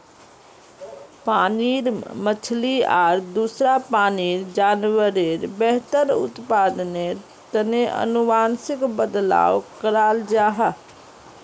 पानीर मछली आर दूसरा पानीर जान्वारेर बेहतर उत्पदानेर तने अनुवांशिक बदलाव कराल जाहा